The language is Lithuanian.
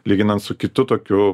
lyginant su kitu tokiu